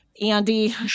Andy